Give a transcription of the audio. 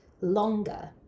longer